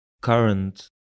current